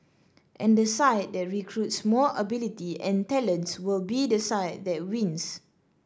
and the side that recruits more ability and talents will be the side that wins